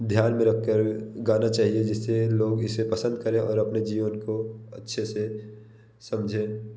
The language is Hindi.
ध्यान में रख कर गाना चाहिए जिससे लोग इसे पसंद करें और अपने जीवन को अच्छे से समझें